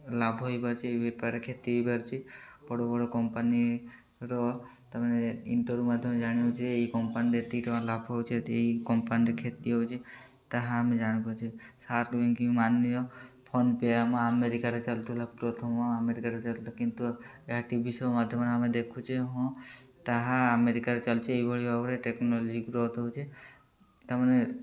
ଲାଭ ହେଇପାରୁଛି ଏଇ ବେପାରରେ କ୍ଷତି ହେଇପାରୁଛି ବଡ଼ ବଡ଼ କମ୍ପାନୀର ତା' ମାନେ ଇଣ୍ଟର ମାଧ୍ୟମରେ ଜାଣିଛେ ଏଇ କମ୍ପାନୀରେ ଏତିକି ଟଙ୍କା ଲାଭ ହେଉଛି ଏତେ ଏଇ କମ୍ପାନୀରେ କ୍ଷତି ହେଉଛି ତାହା ଆମେ ଜାଣିପାରୁଛେ ସାର୍କ ବ୍ୟାଙ୍କିଙ୍ଗ ମାନୀୟ ଫୋନପେ' ଆମେ ଆମେରିକାରେ ଚାଲୁଥିଲା ପ୍ରଥମ ଆମେରିକାରେ ଚାଲୁଥିଲା କିନ୍ତୁ ଏହା ଟି ଭି ସୋ ମାଧ୍ୟମରେ ଆମେ ଦେଖୁଛେ ହଁ ତାହା ଆମେରିକାରେ ଚାଲିଛି ଏହିଭଳି ଭାବରେ ଟେକ୍ନୋଲୋଜି ଗ୍ରୋଥ୍ ହେଉଛି ତାମାନେ